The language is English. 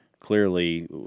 clearly